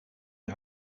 les